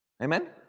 Amen